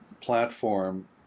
platform